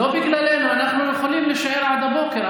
לא בגללנו, אנחנו יכולים להישאר עד הבוקר.